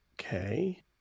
Okay